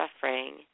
suffering